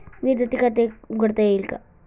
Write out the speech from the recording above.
विद्यार्थी खाते उघडता येईल का?